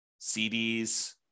CDs